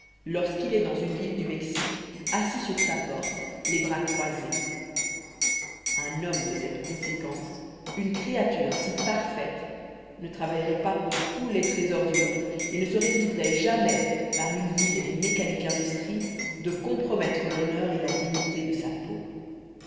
lorsqu'il est dans une ville du mexique assis sur sa porte les bras croisés un homme de cette conséquence une créature si parfaite ne travailleroit pas pour tous les trésors du monde et ne se résoudroit jamais par une vile et mécanique industrie de compromettre l'honneur et la dignité de sa peau